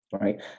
right